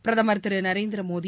பிரதமர் திரு நரேந்திர மோடி